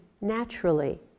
naturally